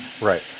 Right